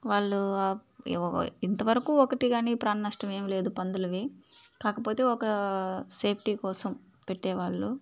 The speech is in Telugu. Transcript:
వాళ్ళు ఏవో ఇంతవరకు ఒకటి కానీ ప్రాణనష్టం ఏమీ లేదు పందులవి కాకపోతే ఒక సేఫ్టీ కోసం పెట్టే వాళ్ళు